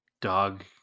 dog